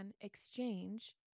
exchange